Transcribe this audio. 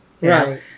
Right